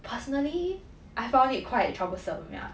personally I found it quite troublesome ya